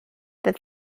that